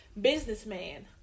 businessman